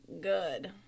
good